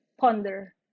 ponder